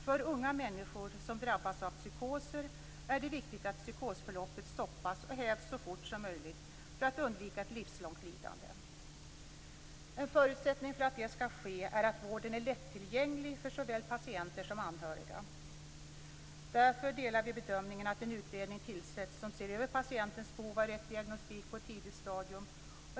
För unga människor som drabbas av psykoser är det viktigt att psykosförloppet stoppas och hävs så fort som möjligt för att undvika ett livslångt lidande. En förutsättning för att det skall ske är att vården är lättillgänglig för såväl patienter som anhöriga. Därför delar vi bedömningen att en utredning bör tillsättas som ser över patientens behov av rätt diagnostik på ett tidigt stadium.